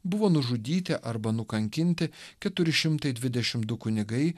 buvo nužudyti arba nukankinti keturi šimtai dvidešim du kunigai